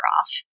off